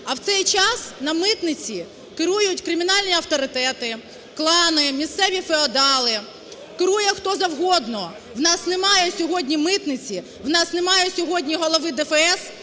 А в цей час на митниці керують кримінальні авторитети, клани, місцеві феодали, керує, хто завгодно, в нас немає сьогодні митниці, в нас немає сьогодні голови ДФС,